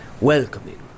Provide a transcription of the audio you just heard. welcoming